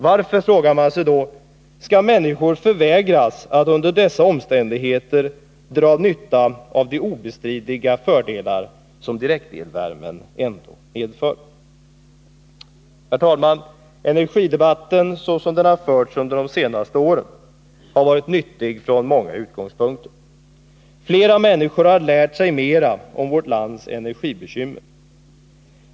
Varför — frågar man sig då skall människor förvägras att under dessa omständigheter dra nytta av de obestridliga fördelar som direktelvärmen ändå medför? Herr talman! Energidebatten såsom den har förts under de senaste åren har varit nyttig från många utgångspunkter. Flera människor har lärt sig mera om vårt lands energibekymmer.